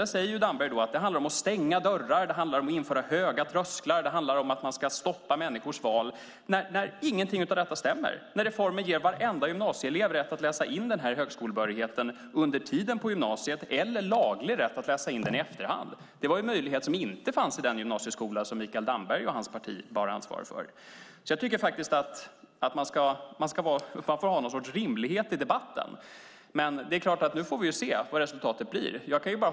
Där säger Damberg att det handlar om att stänga dörrar, det handlar om att införa höga trösklar, det handlar om att man ska stoppa människors val - när ingenting av detta stämmer, när reformen ger varenda gymnasieelev rätt att läsa in den här högskolebehörigheten under tiden på gymnasiet eller laglig rätt att läsa in den i efterhand. Det var en möjlighet som inte fanns i den gymnasieskola som Mikael Damberg och hans parti bar ansvar för. Jag tycker faktiskt att man får ha någon sorts rimlighet i debatten. Nu får vi ju se vad resultatet blir.